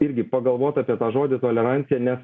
irgi pagalvot apie tą žodį tolerancija nes